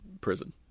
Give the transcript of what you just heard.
prison